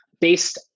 based